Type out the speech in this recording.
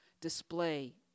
display